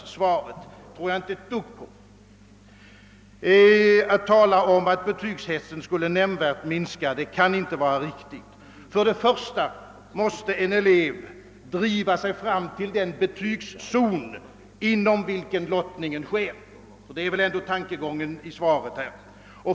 Det tror jag emellertid inte ett dugg på. Det kan inte vara riktigt att betygshetsen skulle minska något nämnvärt. För det första måste en elev driva sig fram till den betygszon inom vilken lottningen sker. Det är väl ändå tankegången i svaret.